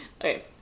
okay